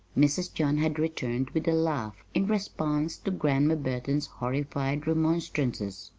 mrs. john had returned, with a laugh, in response to grandma burton's horrified remonstrances,